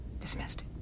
Dismissed